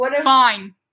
Fine